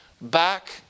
Back